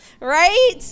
Right